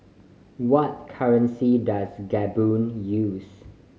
what currency does Gabon use